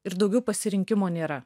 ir daugiau pasirinkimo nėra